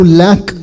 lack